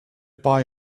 buy